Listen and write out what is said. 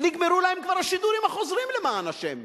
כבר נגמרו להם השידורים החוזרים, למען השם.